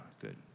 good